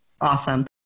Awesome